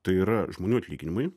tai yra žmonių atlyginimai